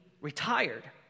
retired